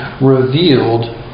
revealed